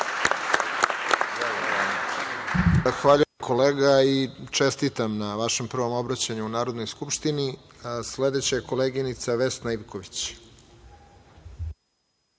Zahvaljujem kolega i čestitam na vašem prvom obraćanju u Narodnoj skupštini. Sledeća je koleginica Vesna Ivković.